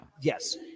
Yes